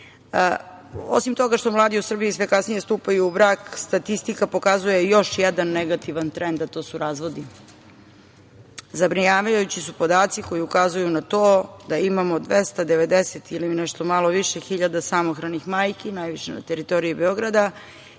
toga što mladi u Srbiji sve kasnije stupaju u brak, statistika pokazuje i još jedan negativan trend, a to su razvodi. Zabrinjavajući su podaci koji ukazuju na to da imamo 290 ili nešto malo više hiljada samohranih majki, najviše na teritoriji Beograda,